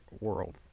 world